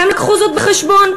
והם לקחו זאת בחשבון.